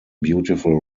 beautiful